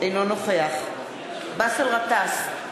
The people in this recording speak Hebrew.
אינו נוכח באסל גטאס,